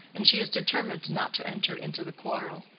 and she is determined not to enter into the quarrel.